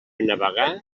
navegar